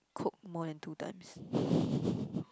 cook more than two times